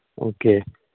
okay